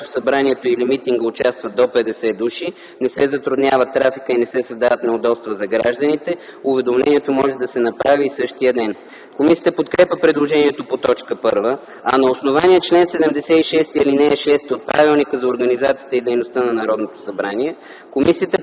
събранието или митинга участват до 50 души, не се затруднява трафикът и не се създават неудобства за гражданите, уведомлението може да се направи и същия ден”.” Комисията подкрепя предложението по т. 1, а на основание чл. 76, ал. 6 от Правилника за организацията и дейността на Народното събрание комисията предлага